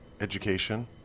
education